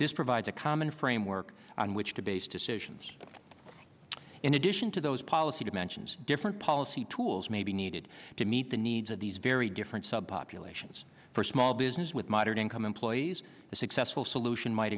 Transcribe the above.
this provides a common framework on which to base decisions in addition to those policy dimensions different policy tools may be needed to meet the needs of these very different sub pop elations for small business with moderate income employees the successful solution might